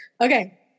okay